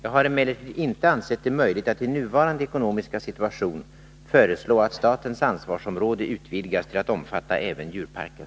Jag har emellertid inte ansett det möjligt att i nuvarande ekonomiska situation föreslå att statens ansvarsområde utvidgas till att omfatta även djurparker.